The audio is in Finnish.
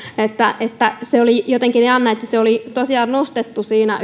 että että oli jotenkin jännää että se oli tosiaan siinä